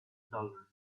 dollars